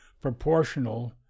proportional